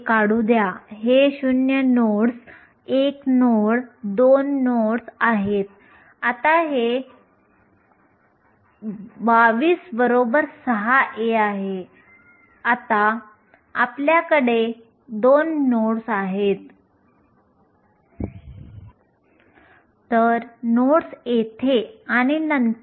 एकूण 4 इलेक्ट्रॉन्स आहेत s आणि p कक्षा आपल्याला 4 sp3 संकरित कक्षा देण्यासाठी संकरित करतात आणि आपण नंतर पाहिले की जेव्हा या कक्षा एक घन बनतात तेव्हा आपल्याला एक व्हॅलेन्स बँड देतात जो पूर्णपणे भरलेला असतो आणि एक वाहक बँड जो पूर्णपणे रिक्त असतो